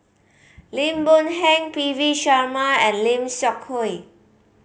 Lim Boon Heng P V Sharma and Lim Seok Hui